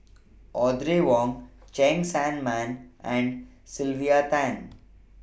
Audrey Wong Cheng Tsang Man and Sylvia Tan